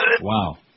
Wow